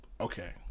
okay